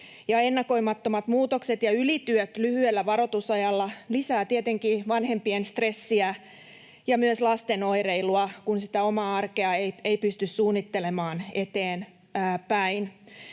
Ennakoimattomat muutokset ja ylityöt lyhyellä varoitusajalla lisäävät tietenkin vanhempien stressiä ja myös lasten oireilua, kun sitä omaa arkea ei pysty suunnittelemaan eteenpäin.